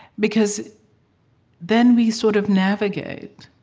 because then we sort of navigate